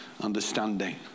understanding